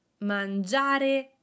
Mangiare